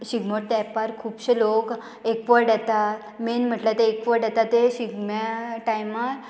शिगमो तेंपार खुबशे लोक एकवट येता मेन म्हटल्यार ते एकवट येता ते शिगम्या टायमार